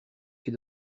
est